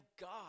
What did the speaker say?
god